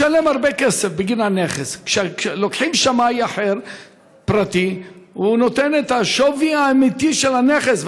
ובדרך כלל השמאים של עמידר מגביהים את שווי הנכס גבוה מאוד,